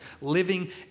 living